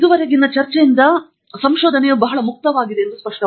ಇದುವರೆಗಿನ ಚರ್ಚೆಯಿಂದಲೇ ಅದು ಬಹಳ ಮುಕ್ತವಾಗಿದೆ ಎಂದು ಸ್ಪಷ್ಟವಾಗಿದೆ